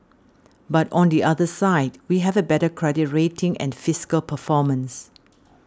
but on the other side we have a better credit rating and fiscal performance